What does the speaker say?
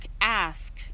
ask